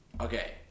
Okay